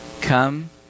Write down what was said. Come